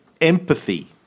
empathy